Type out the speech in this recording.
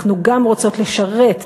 גם אנחנו רוצות לשרת,